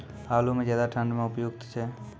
आलू म ज्यादा ठंड म उपयुक्त छै?